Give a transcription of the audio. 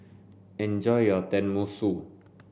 enjoy your Tenmusu